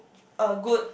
a good